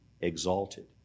exalted